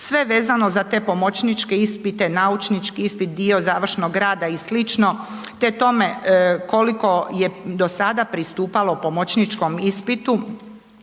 Sve vezano za te pomoćničke ispite, naučnički ispit, dio završnog rada i slično te tome koliko je do sada pristupalo pomoćničkom ispitu,